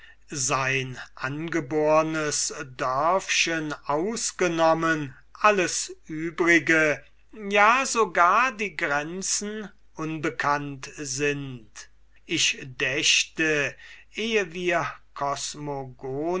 sein angebornes dörfchen ausgenommen alles übrige und sogar die grenzen unbekannt sind ich dächte ehe wir kosmogonien